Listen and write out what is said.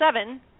seven